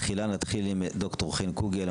תחילה נתחיל עם ד"ר חן קוגל,